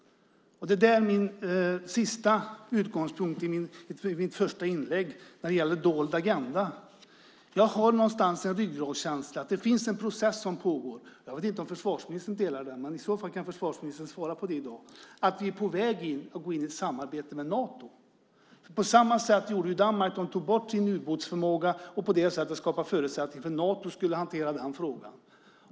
Det var den sista utgångspunkten i mitt första inlägg när det gäller dold agenda. Jag har någonstans en ryggradskänsla av att det pågår en process - jag vet inte om försvarsministern känner det, i så fall kan försvarsministern svara på det i dag - och att vi är på väg att gå in i ett samarbete med Nato. På samma sätt gjorde Danmark. Man tog bort sin u-båtsförmåga och skapade på så sätt förutsättningar för Nato att hantera den frågan.